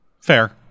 Fair